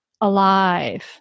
alive